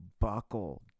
buckle